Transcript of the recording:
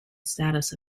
status